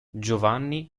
giovanni